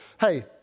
hey